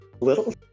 little